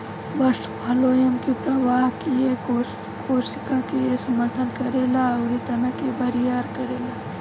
bast phloem के प्रवाह किये कोशिका के समर्थन करेला अउरी तना के बरियार करेला